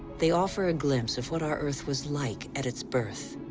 they offer a glimpse of what our earth was like at its birth,